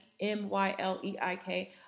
m-y-l-e-i-k